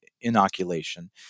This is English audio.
inoculation